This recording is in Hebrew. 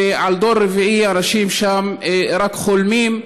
ועל דור רביעי אנשים שם רק חולמים,